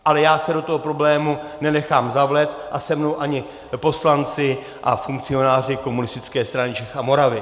Ale já se do toho problému nenechám zavléct a se mnou ani poslanci a funkcionáři Komunistické strany Čech a Moravy.